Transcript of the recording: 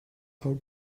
are